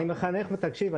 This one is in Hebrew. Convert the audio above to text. תקשיב,